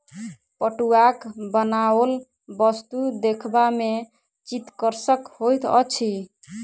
पटुआक बनाओल वस्तु देखबा मे चित्तकर्षक होइत अछि